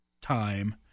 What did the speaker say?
time